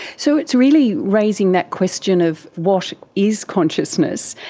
so it's really raising that question of what is consciousness,